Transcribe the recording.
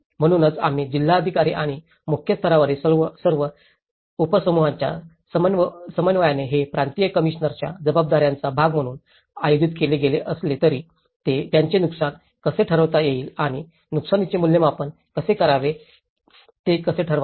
म्हणूनच आम्ही जिल्हाधिकारी आणि मुख्य स्तरावरील सर्व उपसमूहांच्या समन्वयाने हे प्रांतीय कमिशनरच्या जबाबदाऱ्याचा भाग म्हणून आयोजित केले गेले असले तरी त्याचे नुकसान कसे ठरवता येईल आणि नुकसानीचे मूल्यांकन कसे करावे ते कसे ठरवावे